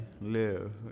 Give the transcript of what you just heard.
live